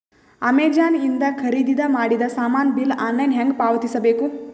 Amazon ಇಂದ ಖರೀದಿದ ಮಾಡಿದ ಸಾಮಾನ ಬಿಲ್ ಆನ್ಲೈನ್ ಹೆಂಗ್ ಪಾವತಿಸ ಬೇಕು?